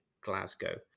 Glasgow